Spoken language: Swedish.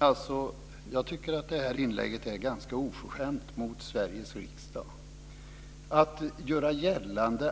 Fru talman! Jag tycker att det här inlägget är ganska oförskämt mot Sveriges riksdag. Jag tycker att det